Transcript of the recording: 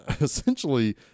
essentially